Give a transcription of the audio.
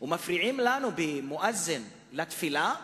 ומפריעים לנו במואזין לתפילה,